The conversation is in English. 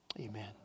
Amen